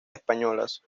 españolas